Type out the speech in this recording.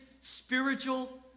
spiritual